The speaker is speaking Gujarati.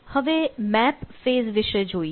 હવે મેપ ફેઝ વિશે જોઈએ